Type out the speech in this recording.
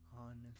on